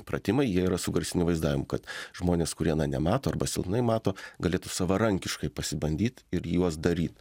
pratimai jie yra su garsiniu vaizdavimu kad žmonės kurie na nemato arba silpnai mato galėtų savarankiškai pasibandyt ir juos daryt